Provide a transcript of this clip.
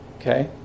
okay